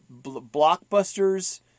blockbusters